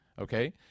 Okay